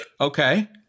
Okay